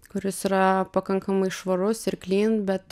kuris yra pakankamai švarus ir klyn bet